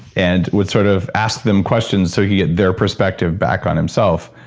and would sort of ask them questions, so he'd get their perspective back on himself.